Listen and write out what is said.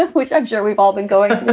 which i'm sure we've all been going through.